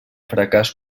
fracàs